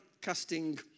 casting